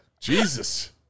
Jesus